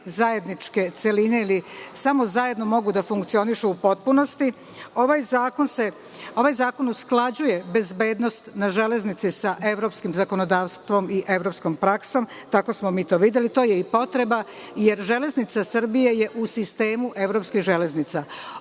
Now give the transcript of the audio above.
zajedničke celine i samo zajedno mogu da funkcionišu u potpunosti. Ovaj zakon usklađuje bezbednost na železnici sa evropskim zakonodavstvom i evropskom praksom. Tako smo mi to videli. To je potreba, jer železnica Srbije je u sistemu evropskih železnica.